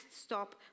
stop